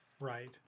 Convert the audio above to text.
right